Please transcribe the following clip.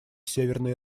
северной